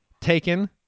Taken